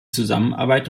zusammenarbeit